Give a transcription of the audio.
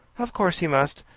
of course he must.